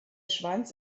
schwanz